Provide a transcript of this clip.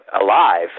alive